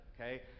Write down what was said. Okay